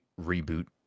reboot